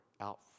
out